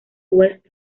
west